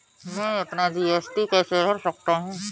मैं अपना जी.एस.टी कैसे भर सकता हूँ?